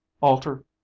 Alter